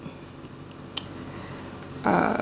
uh